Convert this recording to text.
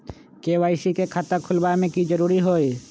KYC के खाता खुलवा में की जरूरी होई?